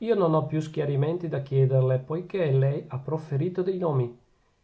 io non ho più schiarimenti da chiederle poichè lei ha profferito dei nomi